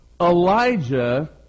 Elijah